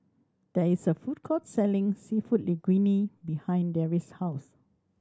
there is a food court selling Seafood Linguine behind Darry's house